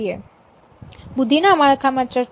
બુદ્ધિના માળખામાં ચર્ચા કરવા માટે આ ખૂબ જ મહત્વપૂર્ણ છે